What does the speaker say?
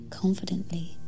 confidently